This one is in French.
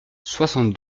soixante